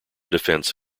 defense